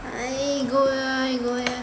aigoo aigoo